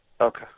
Okay